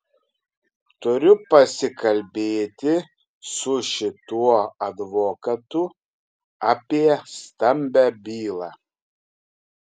turiu pasikalbėti su šituo advokatu apie stambią bylą